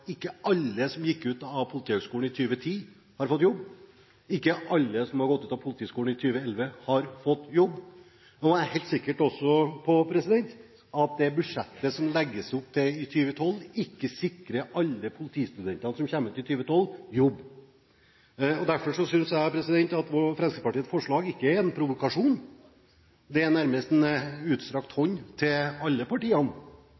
ikke alle som gikk ut av Politihøgskolen i 2010, har fått jobb, ikke alle som har gått ut av Politihøgskolen i 2011, har fått jobb – og jeg er også helt sikker på at det budsjettet som det legges opp til i 2012, ikke sikrer alle politistudentene som går ut i 2012, jobb. Derfor synes ikke jeg at Fremskrittspartiets forslag er en provokasjon, det er nærmest en utstrakt hånd til alle partiene